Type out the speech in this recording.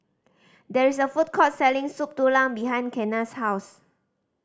there is a food court selling Soup Tulang behind Kenna's house